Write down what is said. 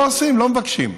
כשלא עושים, לא מבקשים.